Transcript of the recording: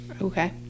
okay